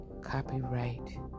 copyright